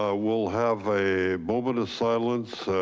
ah we'll have a moment of silence,